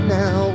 now